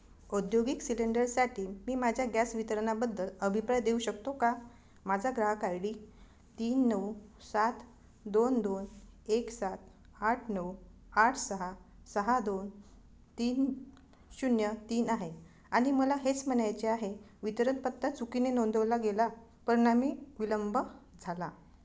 औद्योगिक सिलेंडरसाठी मी माझ्या गॅस वितरणाबद्दल अभिप्राय देऊ शकतो का माझा ग्राहक आय डी तीन नऊ सात दोन दोन एक सात आठ नऊ आठ सहा सहा दोन तीन शून्य तीन आहे आणि मला हेच म्हणायचे आहे वितरण पत्ता चुकीने नोंदवला गेला परिणामी विलंब झाला